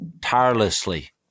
tirelessly